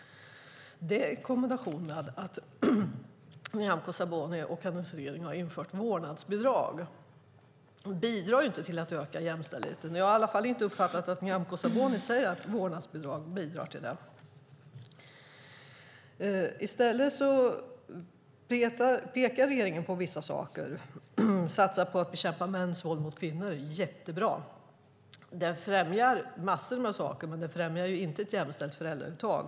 Att Nyamko Sabuni och hennes regering har infört vårdnadsbidraget bidrar ju inte till att öka jämställdheten. Jag har i alla fall inte uppfattat att Nyamko Sabuni säger att vårdnadsbidraget bidrar till det. Regeringen pekar i stället på vissa saker. Man satsar på att bekämpa mäns våld mot kvinnor; det är jättebra. Regeringen främjar en massa saker, men inte ett jämställt föräldrauttag.